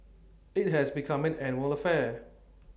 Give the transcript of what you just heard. IT has become an annual affair